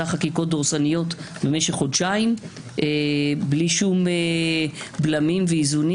חקיקות דורסניות במשך חודשיים בלי שום בלמים ואיזונים,